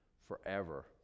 forever